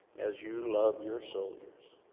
as you love your soldiers,